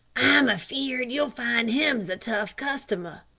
i'm afeared you'll find him a tough customer.